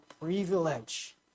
privilege